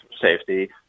safety